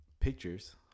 pictures